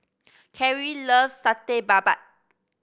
Cari loves Satay Babat